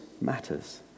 matters